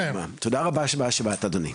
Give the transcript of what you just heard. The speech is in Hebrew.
תודה רבה שבאת אדוני.